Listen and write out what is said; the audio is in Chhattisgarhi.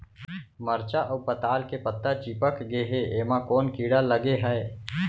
मरचा अऊ पताल के पत्ता चिपक गे हे, एमा कोन कीड़ा लगे है?